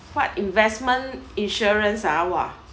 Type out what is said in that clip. what investment insurance ah !wah!